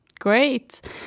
Great